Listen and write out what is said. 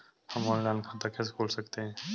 हम ऑनलाइन खाता कैसे खोल सकते हैं?